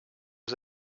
was